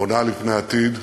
פונה לפני עתיד,